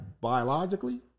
biologically